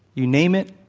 you name it,